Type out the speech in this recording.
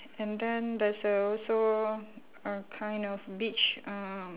and then there's uh also a kind of beach um